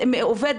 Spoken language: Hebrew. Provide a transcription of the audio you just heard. עובד,